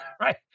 right